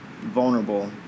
vulnerable